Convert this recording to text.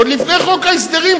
עוד לפני חוק ההסדרים,